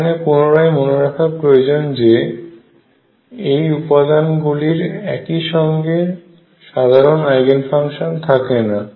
এখানে পুনরায় মনে রাখা প্রয়োজন যে এই উপাদান গুলির একইসঙ্গে সাধারণ আইগেন ফাংশন থাকেনা